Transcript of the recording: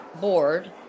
board